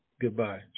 goodbye